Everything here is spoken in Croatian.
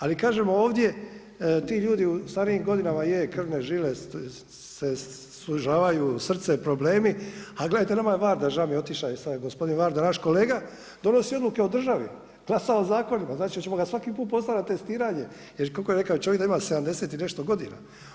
Ali kažem ovdje ti ljudi u starijim godinama je krvne žile se sužavaju, srce, problemi, a gledajte, nema Varde, žao mi je sad, otišao je sad gospodin Varda, naš kolega, donosi odluke o državi, glasa o zakonima, znači hoćemo ga svaki put poslati na testiranje, jer koliko je rekao čovjek da ima, 70 i nešto godina.